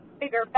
bigger